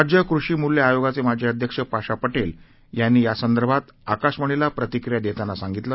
राज्य कृषी मूल्य आयोगाचे माजी अध्यक्ष पाशा पटेल यांनी आकाशवाणीला प्रतिक्रिया देताना सांगितलं